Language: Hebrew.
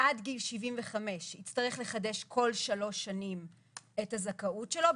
עד גיל 75 יצטרך לחדש כל שלוש שנים את הזכאות שלו,